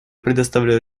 предоставляю